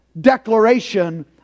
declaration